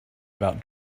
about